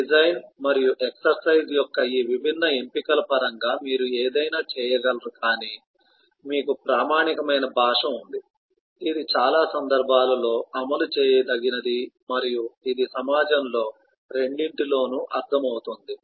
design మరియు exercise యొక్క ఈ విభిన్న ఎంపికల పరంగా మీరు ఏదైనా చేయగలరు కాని మీకు ప్రామాణికమైన భాష ఉంది ఇది చాలా సందర్భాలలో అమలు చేయదగినది మరియు ఇది సమాజంలో రెండింటిలోనూ అర్థం అవుతుంది